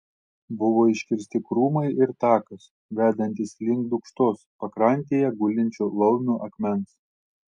buvo iškirsti krūmai ir takas vedantis link dūkštos pakrantėje gulinčio laumių akmens